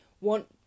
want